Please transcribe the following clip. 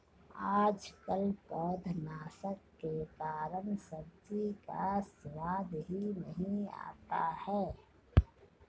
आजकल पौधनाशक के कारण सब्जी का स्वाद ही नहीं आता है